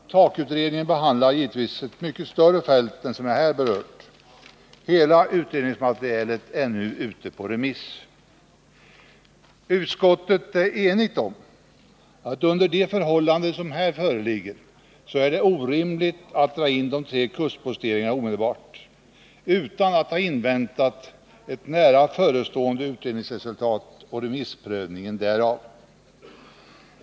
TAK-utredningen behandlar givetvis ett mycket större fält än det jag här berört. Hela utredningsmaterialet är nu ute på remiss. Utskottet är enigt om att det under de förhållanden som här föreligger är orimligt att omedelbart dra in de tre kustposteringarna utan att ha inväntat ett nära förestående utredningsresultat och remissprövningen därav.